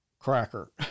Cracker